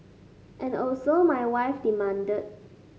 and also my wife demanded